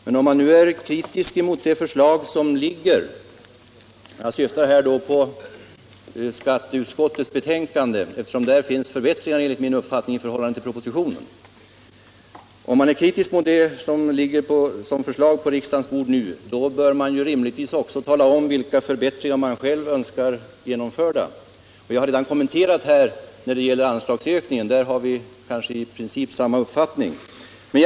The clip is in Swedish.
Men om han nu är kritisk mot de förslag som föreligger — jag tänker då på skatteutskottets betänkande som innehåller förbättringar jämfört med propositionen — bör han rimligtvis också tala om vilka förbättringar han önskar genomföra. När det gäller anslagsökningen har vi kanske i princip samma uppfattning.